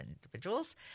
individuals